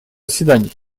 заседаний